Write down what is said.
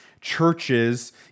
churches